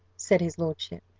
said his lordship,